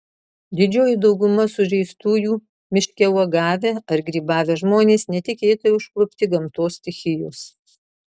didžioji dauguma sužeistųjų miške uogavę ar grybavę žmonės netikėtai užklupti gamtos stichijos